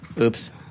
Oops